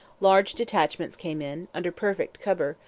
large detachments came in, under perfect cover,